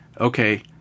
okay